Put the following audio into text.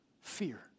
fear